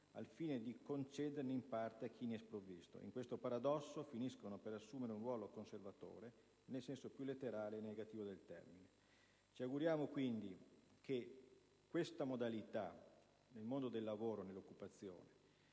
al fine di concederne in parte a chi ne è sprovvisto. In questo paradosso finiscono per assumere un ruolo conservatore, nel senso più letterale e negativo del termine. Ci auguriamo, quindi, che questa modalità del mondo del lavoro e dell'occupazione,